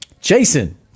Jason